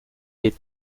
des